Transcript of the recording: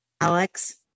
Alex